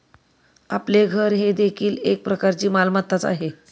आपले घर हे देखील एक प्रकारची मालमत्ताच आहे